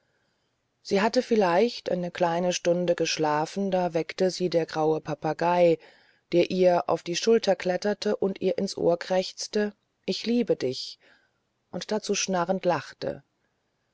sie hatte vielleicht eine kleine stunde geschlafen da weckte sie der graue papagei der ihr auf die schulter kletterte und ihr ins ohr krächzte ich liebe dich und dazu schnarrend lachte